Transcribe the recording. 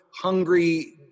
hungry